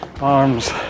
arms